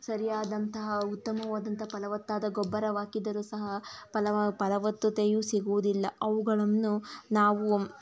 ಸರಿಯಾದಂತಹ ಉತ್ತಮವಾದಂತಹ ಫಲವತ್ತಾದ ಗೊಬ್ಬರವಾಕಿದರೂ ಸಹ ಫಲವ ಫಲವತ್ತತೆಯು ಸಿಗುವುದಿಲ್ಲ ಅವುಗಳನ್ನು ನಾವು